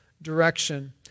Direction